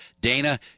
Dana